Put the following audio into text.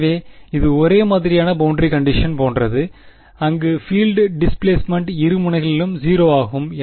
எனவே இது ஒரே மாதிரியான பௌண்டரி கண்டிஷன் போன்றது அங்கு பீல்டு டிஸ்லேஸ்சமண்ட் இரு முனைகளிலும் 0 ஆகும்